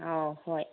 ꯑꯧ ꯍꯣꯏ